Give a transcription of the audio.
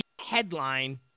headline